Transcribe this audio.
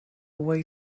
way